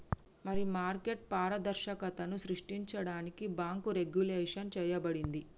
మరి మార్కెట్ పారదర్శకతను సృష్టించడానికి బాంకు రెగ్వులేషన్ చేయబడింది